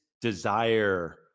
desire